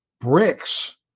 bricks